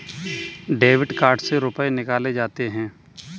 Debit card से रुपये कैसे निकाले जाते हैं?